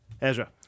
Ezra